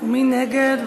מי נגד?